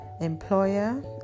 employer